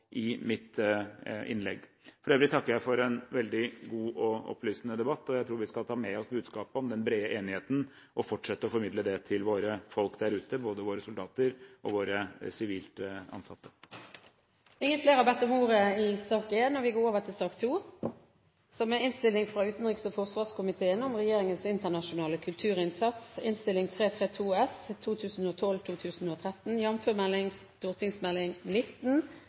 i min redegjørelse. For øvrig takker jeg for en veldig god og opplysende debatt. Jeg tror vi skal ta med oss budskapet om den brede enigheten og fortsette å formidle det til våre folk der ute, både våre soldater og våre sivilt ansatte. Flere har ikke bedt om ordet til sak